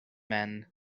men